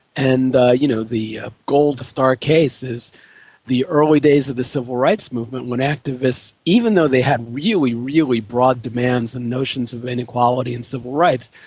and the you know the ah gold star case is the early days of the civil rights movement when activists, even though they had really, really broad demands and notions of inequality and civil rights,